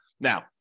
Now